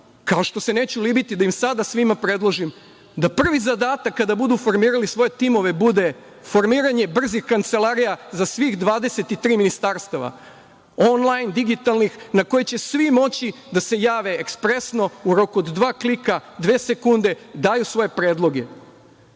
kao što se neću libiti da im sada svima predložim da prvi zadatak, kada budu formirali svoje timove, bude formiranje brzih kancelarija za svih 23 ministarstava onlajn, digitalnih, na koje će svi moći da se jave ekspresno, u roku od dva klika, dve sekunde, daju svoje predloge.